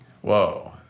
whoa